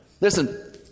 Listen